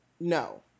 No